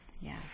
yes